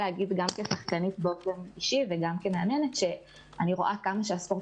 כשחקנית וכמאמנת אני רואה עד כמה הספורט